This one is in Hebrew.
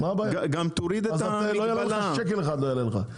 ואז לא יעלה לך שקל אחד.